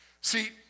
See